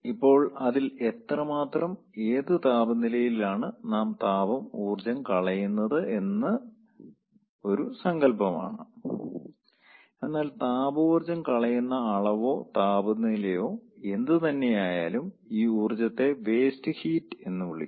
ഇപ്പോൾ അതിൽ എത്രമാത്രം ഏത് താപനിലയിലാണ് നാം താപ ഊർജ്ജം കളയുന്നത് എന്നത് ഒരു സങ്കല്പമാണ് എന്നാൽ താപ ഊർജ്ജം കളയുന്ന അളവോ താപനിലയോ എന്തുതന്നെയായാലും ഈ ഊർജ്ജത്തെ വേസ്റ്റ് ഹീറ്റ് എന്ന് വിളിക്കുന്നു